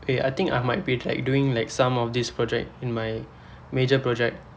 eh I think I might be like doing like some of these project in my major project